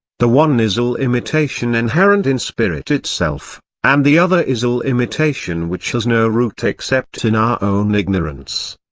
the one is a limitation inherent in spirit itself, and the other is a limitation which has no root except in our own ignorance.